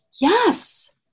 Yes